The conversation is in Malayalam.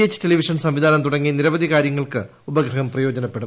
എച്ച് ടെലിവിഷൻ സംവിധാനം തുടങ്ങി ന്ദിരവ്ധി കാര്യങ്ങൾക്ക് ഉപഗ്രഹം പ്രയോജനപ്പെടും